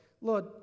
Lord